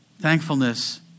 Thankfulness